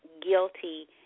guilty